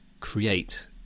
create